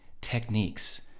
techniques